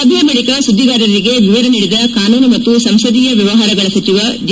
ಸಭೆ ಬಳಿಕ ಸುದ್ದಿಗಾರರಿಗೆ ವಿವರ ನೀಡಿದ ಕಾನೂನು ಮತ್ತು ಸಂಸದೀಯ ವ್ಯವಹಾರಗಳ ಸಚಿವ ಜೆ